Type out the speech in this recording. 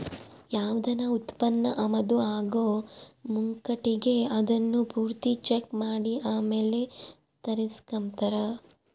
ಯಾವ್ದನ ಉತ್ಪನ್ನ ಆಮದು ಆಗೋ ಮುಂಕಟಿಗೆ ಅದುನ್ನ ಪೂರ್ತಿ ಚೆಕ್ ಮಾಡಿ ಆಮೇಲ್ ತರಿಸ್ಕೆಂಬ್ತಾರ